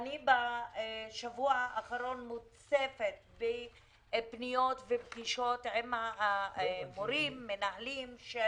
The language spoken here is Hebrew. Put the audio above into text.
בשבוע האחרון אני מוצפת בפניות ופגישות עם מורים ומנהלים של